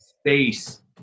space